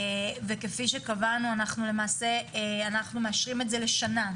וכפי שקבענו אנחנו למעשה מאשרים אותו לשנה,